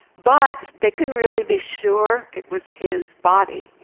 but they couldn't really be sure it was his body,